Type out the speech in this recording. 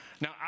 Now